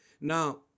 Now